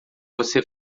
você